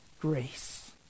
grace